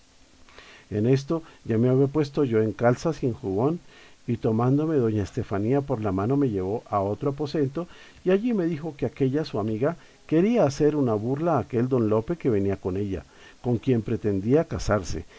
en esto ya me había puesto yo en calzas y en jubón y tomándome doña estefanía por la mano me llevó a otro aposento y allí me dijo que aquella su amiga quería hacer un a burla a aquel don lope que venía con ella con quien pretendía casarse